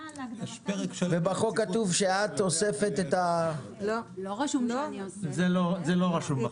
בחוק כתוב שאת אוספת את -- לא, זה לא רשום בחוק.